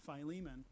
Philemon